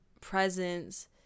presence